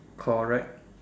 correct